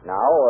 Now